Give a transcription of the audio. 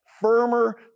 firmer